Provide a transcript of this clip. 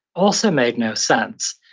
also made no sense.